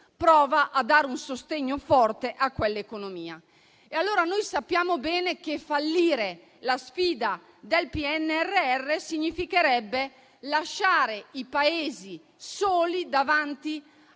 prova a dare un sostegno forte a quella economia. Noi sappiamo bene che fallire la sfida del PNRR significherebbe lasciare i Paesi soli davanti